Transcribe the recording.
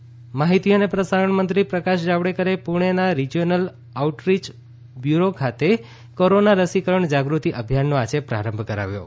જાવડેકર રસીકરણ માહિતી અને પ્રસારણ મંત્રી પ્રકાશ જાવડેકરે પૂણેના રિજીયનલ આઉટરીય બ્યૂરો ખાતે કોરોના રસીકરણ જાગૃતિ અભિયાનનો આજે આરંભ કરાવ્યો છે